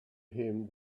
him